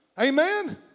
Amen